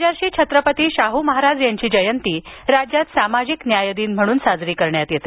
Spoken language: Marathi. राजर्षी छत्रपती शाहू महाराजांची जयंती राज्यात सामाजिक न्याय दिन म्हणून साजरी करण्यात येते